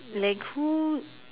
like who